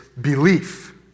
belief